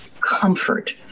comfort